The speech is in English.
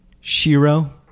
shiro